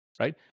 right